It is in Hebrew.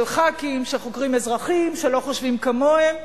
של חברי כנסת שחוקרים אזרחים שלא חושבים כמוהם.